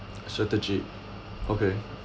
strategy okay